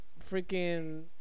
freaking